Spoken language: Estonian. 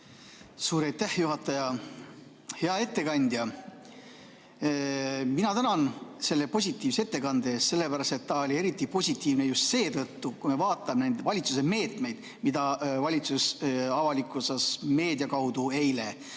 Suur aitäh, juhataja! Hea ettekandja! Mina tänan selle positiivse ettekande eest. See oli eriti positiivne just seetõttu, et kui me vaatame neid valitsuse meetmeid, mis valitsus avalikustas meedia kaudu eile,